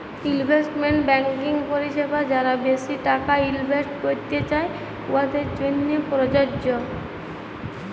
investment banking পরিছেবা যারা বেশি টাকা ইলভেস্ট ক্যইরতে চায়, উয়াদের জ্যনহে পরযজ্য